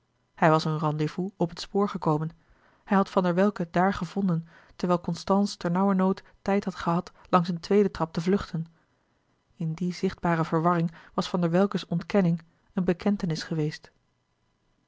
hij was hun rendez-vous op het spoor gekomen hij had van der welcke daar gevonden terwijl constance ternauwernood tijd had gehad langs een tweede trap te vluchten in die zichtbare verwarring was van der welcke's ontkenning eene bekentenis geweest